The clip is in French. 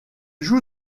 joue